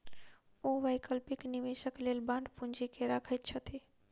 ओ वैकल्पिक निवेशक लेल बांड पूंजी के रखैत छथि